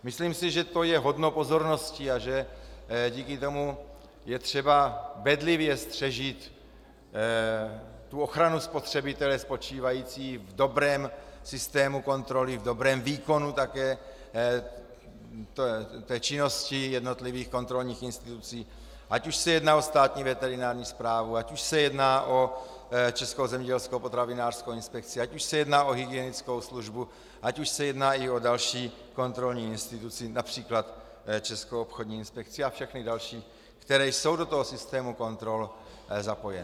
Myslím si, že to je hodno pozornosti a že díky tomu je třeba bedlivě střežit tu ochranu spotřebitele, spočívající v dobrém systému kontroly, také v dobrém výkonu činnosti jednotlivých kontrolních institucí, ať už se jedná o Státní veterinární správu, ať už se jedná o Českou zemědělskou a potravinářskou inspekci, ať už se jedná o hygienickou službu, ať už se jedná i o další kontrolní instituci, například Českou obchodní inspekci a všechny další, které jsou do toho systému kontrol zapojeny.